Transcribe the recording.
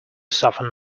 soften